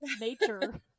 nature